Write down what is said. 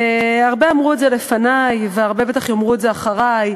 הרבה אמרו לפני והרבה בטח יאמרו את זה אחרי,